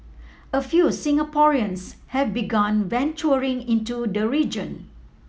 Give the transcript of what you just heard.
a few Singaporeans have begun venturing into the region